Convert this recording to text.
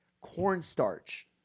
cornstarch